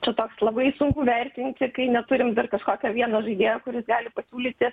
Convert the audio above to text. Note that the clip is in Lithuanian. čia toks labai sunku vertinti kai neturim dar kažkokio vieno žaidėjo kuris gali pasiūlyti